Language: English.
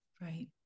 Right